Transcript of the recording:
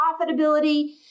profitability